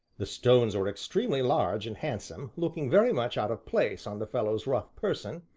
the stones were extremely large and handsome, looking very much out of place on the fellow's rough person,